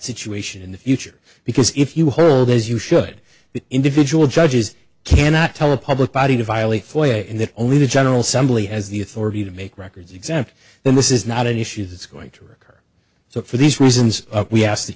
situation in the future because if you hold as you should the individual judges cannot tell a public body to violate floy and that only the general somebody has the authority to make records exempt then this is not an issue that's going to occur so for these reasons we ask that